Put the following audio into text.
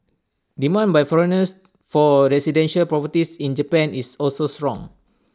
demand by foreigners for residential properties in Japan is also strong